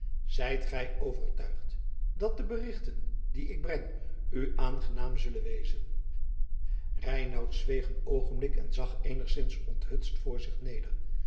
zijt gij overtuigd dat de berichten die ik breng u aangenaam zullen wezen reinout zweeg een oogenblik en zag eenigszins onthutst voor zich neder